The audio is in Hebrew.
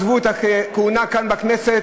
עזבו את הכהונה כאן בכנסת,